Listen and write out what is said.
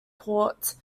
port